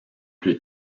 plus